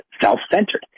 self-centered